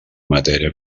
matèria